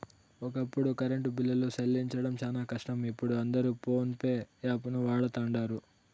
ఒకప్పుడు కరెంటు బిల్లులు సెల్లించడం శానా కష్టం, ఇపుడు అందరు పోన్పే యాపును వాడతండారు